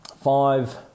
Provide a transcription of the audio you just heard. five